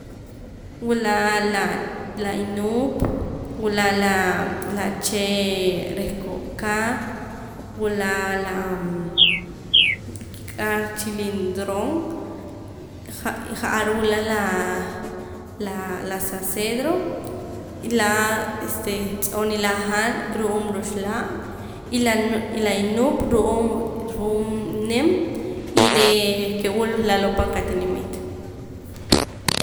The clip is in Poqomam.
Wula laa la inuup wula laa la chee' reh kooka wula laa kiq'ar chilindron y ja'ar wila laa la sa cedro y laa tz'oo' nila' han ru'uum ruxlaam y la nu y la inuup ru'uum ru'uum nim y ree' ke wula laloo' pan qatinimiit